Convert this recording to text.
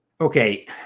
Okay